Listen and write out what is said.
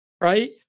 right